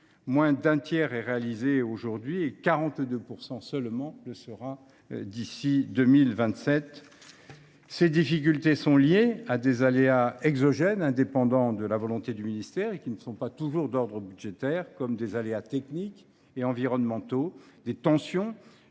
moins d’un tiers est réalisé aujourd’hui, et 42 % seulement le seront d’ici à 2027. Ces difficultés sont liées à des facteurs exogènes indépendants de la volonté du ministère, qui ne sont toujours pas d’ordre budgétaire, comme des aléas techniques et environnementaux, des tensions